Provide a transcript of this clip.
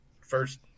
first